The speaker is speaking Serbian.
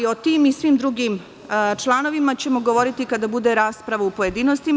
O tim i svim drugim članovima ćemo govoriti kada bude rasprava u pojedinostima.